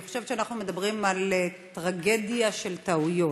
אני חושבת שאנחנו מדברים על טרגדיה של טעויות,